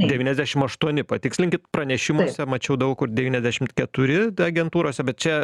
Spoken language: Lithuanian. devyniasdešim aštuoni patikslinkit pranešimuose mačiau daug kur devyniasdešimt keturi agentūrose bet čia